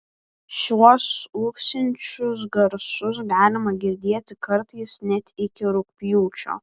šiuos ūksinčius garsus galima girdėti kartais net iki rugpjūčio